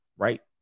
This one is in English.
Right